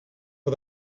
for